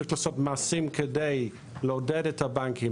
צריך לעשות מעשים כדי לעודד את הבנקים